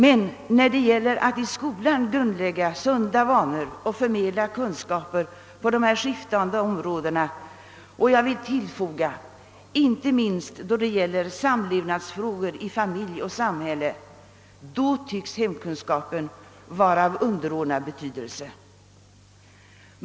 Men när det gäller att i skolan grundlägga sunda vanor och förmedla kunskaper inom dessa skiftande områden — inte minst då det rör sig om samlevnadsfrågor inom familj och sam hälle — tycks hemkunskapen vara av underordnad betydelse.